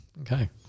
Okay